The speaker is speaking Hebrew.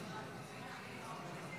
ההסתייגויות לסעיף 7